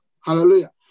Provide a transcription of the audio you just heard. Hallelujah